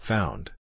Found